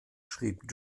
schrieb